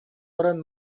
баран